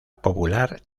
popular